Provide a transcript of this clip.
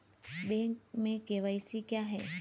Bank में KYC क्या है?